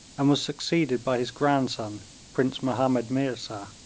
and was succeeded by his grandson prince mahomed meerza,